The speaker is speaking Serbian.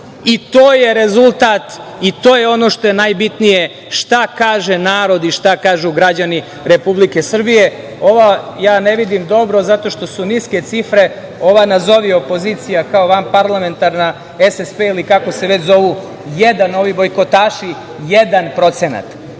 Istorijski maksimu i to je ono što je najbitnije, šta kaže narod i šta kažu građani Republike Srbije. Ne vidim dobro, zato što su sitne cifre, ova nazovi opozicija kao van parlamentarna, SSP ili kako se već zovu, ovi bojkotaši, 1%. To